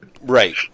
Right